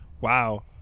Wow